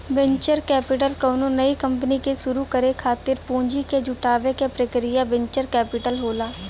venture capital कउनो नई company के शुरू करे खातिर पूंजी क जुटावे क प्रक्रिया वेंचर कैपिटल होला